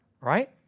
right